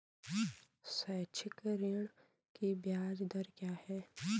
शैक्षिक ऋण की ब्याज दर क्या है?